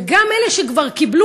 וגם אלה שקיבלו,